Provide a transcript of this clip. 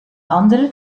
anderer